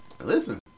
Listen